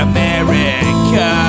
America